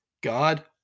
God